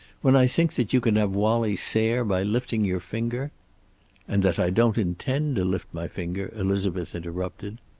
when i think that you can have wallie sayre by lifting your finger and that i don't intend to lift my finger, elizabeth interrupted.